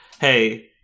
hey